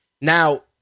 Now